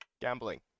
gambling